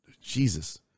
Jesus